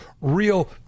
real